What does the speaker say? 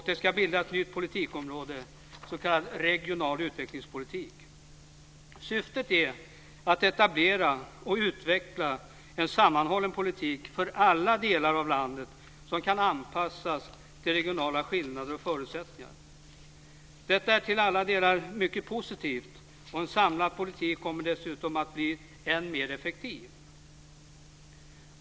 Det ska bildas ett nytt politikområde, s.k. regional utvecklingspolitik. Syftet är att etablera och utveckla en sammanhållen politik för alla delar av landet som kan anpassas till regionala skillnader och förutsättningar. Detta är till alla delar mycket positivt, och en samlad politik kommer dessutom att bli än mer effektiv.